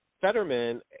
Fetterman